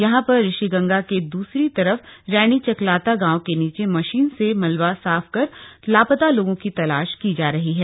यहां पर ऋषि गंगा के दूसरी तरफ रैणी चकलाता गांव के नीचे मशीन से मलबा साफ कर लापता लोगों की तलाश की जा रही है